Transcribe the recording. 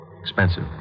Expensive